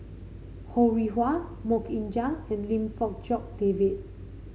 Ho Rih Hwa MoK Ying Jang and Lim Fong Jock David